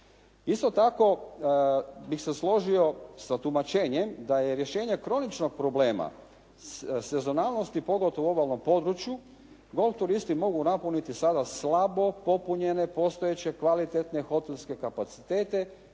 Isto tako bih se složio sa tumačenjem da je rješenje kroničnog problema senzonalnosti pogotovo u obalnom području, golf turisti mogu napuniti sada slabo popunjene postojeće kvalitetne hotelske kapacitete